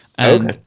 Okay